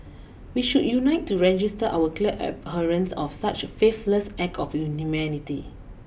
we should unite to register our clear abhorrence of such faithless act of inhumanity